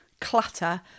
clutter